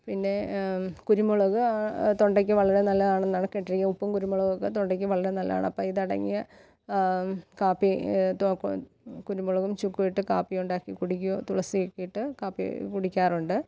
പിന്നെ കുരുമുളക് തൊണ്ടയ്ക്ക് വളരെ നല്ലതാണെന്നാണ് കേട്ടിരിക്കുന്നത് ഉപ്പും കുരുമുളകുമൊക്കെ തൊണ്ടയ്ക്കു വളരെ നല്ലതാണപ്പോള് ഇതടങ്ങിയ കാപ്പി കുരുമുളകും ചുക്കും ഇട്ട കാപ്പി ഉണ്ടാക്കി കുടിക്കോ തുളസിയൊക്കെയിട്ട കാപ്പി കുടിക്കാറുണ്ട്